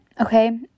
okay